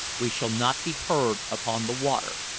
we shall not be heard upon the water.